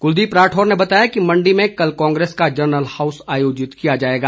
कुलदीप राठौर ने बताया कि मंडी में कल कांग्रेस का जरनल हाऊस आयोजित किया जाएगा